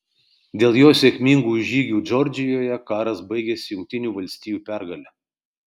dėl jo sėkmingų žygių džordžijoje karas baigėsi jungtinių valstijų pergale